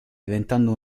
diventando